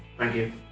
thank you